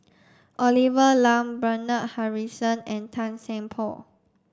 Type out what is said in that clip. Olivia Lum Bernard Harrison and Tan Seng Poh